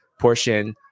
portion